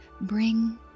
bring